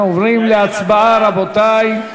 אנחנו עוברים להצבעה, רבותי.